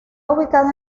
ubicada